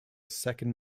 second